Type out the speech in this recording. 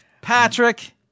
Patrick